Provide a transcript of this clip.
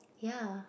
ya